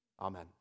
Amen